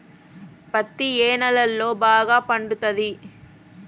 పత్తి ఏ నేలల్లో బాగా పండుతది?